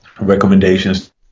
recommendations